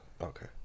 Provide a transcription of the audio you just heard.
Okay